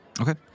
Okay